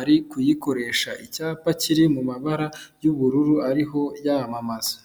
ari kuyikoresha, icyapa kiri mu mabara y'ubururu ariho yamamaza.